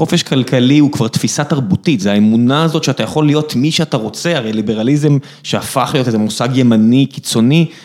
חופש כלכלי הוא כבר תפיסה תרבותית, זה האמונה הזאת שאתה יכול להיות מי שאתה רוצה, הרי ליברליזם שהפך להיות איזה מושג ימני, קיצוני.